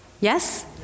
Yes